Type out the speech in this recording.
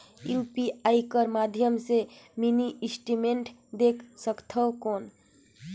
UPI कर माध्यम से मिनी स्टेटमेंट देख सकथव कौन?